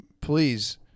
please